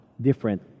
different